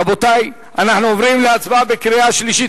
רבותי, אנחנו עוברים להצבעה בקריאה שלישית.